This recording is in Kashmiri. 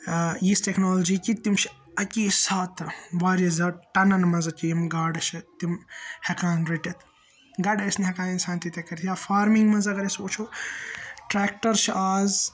یِژھ ٹیٚکنالجی کہِ تِم چھِ اکے ساتہٕ واریاہ زیادٕ ٹَنَن منٛز کہِ یِم گاڈٕ چھِ تِم ہیٚکان رٔٹِتھ گۄڈٕ أسۍ نہٕ ہیٚکان اِنسان تِتھَے کٲٹھۍ یا فارمِنگ منٛز اَگَر أسۍ وُچھو ٹریٚکٹَر چھُ آز